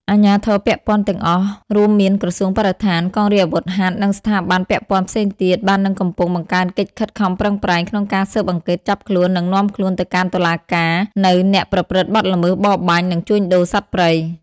អាជ្ញាធរពាក់ព័ន្ធទាំងអស់ រួមមានក្រសួងបរិស្ថាន កងរាជអាវុធហត្ថ និងស្ថាប័នពាក់ព័ន្ធផ្សេងទៀត បាននិងកំពុង បង្កើនកិច្ចខិតខំប្រឹងប្រែងក្នុងការស៊ើបអង្កេត ចាប់ខ្លួន និងនាំខ្លួនទៅកាន់តុលាការនូវ អ្នកប្រព្រឹត្តបទល្មើសបរបាញ់ និងជួញដូរសត្វព្រៃ។